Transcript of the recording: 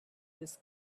this